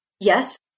yes